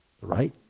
Right